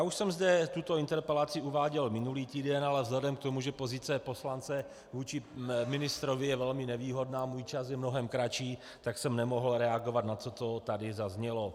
Už jsem zde tuto interpelaci uváděl minulý týden, ale vzhledem k tomu, že pozice poslance vůči ministrovi je velmi nevýhodná, můj čas je mnohem kratší, tak jsem nemohl reagovat na to, co tady zaznělo.